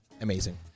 Amazing